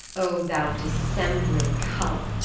o thou dissembling cub!